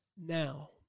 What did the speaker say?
now